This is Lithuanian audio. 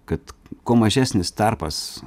kad kuo mažesnis tarpas